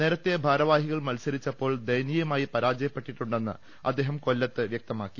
നേരത്തെ ഭാരവാഹികൾ മത്സരിച്ചപ്പോൾ ദയനീയ മായി പരാജയപ്പെട്ടിട്ടുണ്ടെന്ന് അദ്ദേഹം കൊല്ലത്ത് വൃക്തമാക്കി